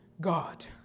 God